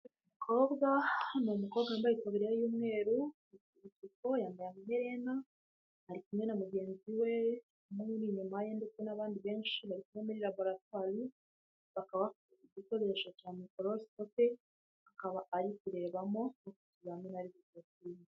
Umukobwa, hano hari umukobwa wambaye itaburiya y'umweru, afite ibisuko, yambaye amaherena, ari kumwe na mugenzi we, ari inyuma ye ndetse n'abandi benshi bari kumwe muri laboratwari, bakaba bafite igikoresho cya mikorosikope, akaba ari kurebamo abantu bari sikoropinze.